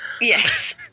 Yes